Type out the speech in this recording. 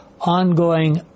ongoing